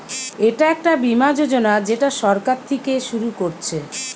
এটা একটা বীমা যোজনা যেটা সরকার থিকে শুরু করছে